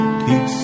keep